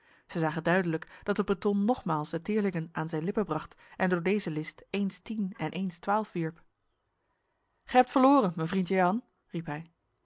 zij zagen duidelijk dat de breton nogmaals de teerlingen aan zijn lippen bracht en door deze list eens tien en eens twaalf wierp gij hebt verloren mijn vriend jehan